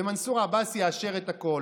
ומנסור עבאס יאשר את הכול.